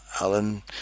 Alan